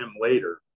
later